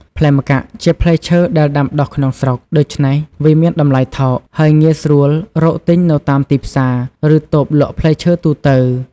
ផ្លែម្កាក់ជាផ្លែឈើដែលដាំដុះក្នុងស្រុក ដូច្នេះវាមានតម្លៃថោក ហើយងាយស្រួលរកទិញនៅតាមទីផ្សារ ឬតូបលក់ផ្លែឈើទូទៅ។